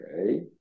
Okay